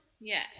Yes